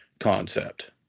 concept